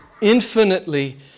infinitely